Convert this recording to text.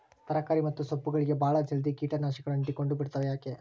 ತರಕಾರಿ ಮತ್ತು ಸೊಪ್ಪುಗಳಗೆ ಬಹಳ ಜಲ್ದಿ ಕೇಟ ನಾಶಕಗಳು ಅಂಟಿಕೊಂಡ ಬಿಡ್ತವಾ ಯಾಕೆ?